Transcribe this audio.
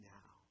now